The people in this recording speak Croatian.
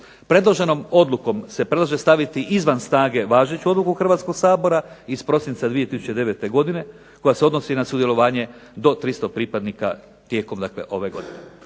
Predloženom odlukom se predlaže staviti izvan snage važeću odluku Hrvatskog sabora iz prosinca 2009. godine koja se odnosi na sudjelovanje do 300 pripadnika tijekom ove godine.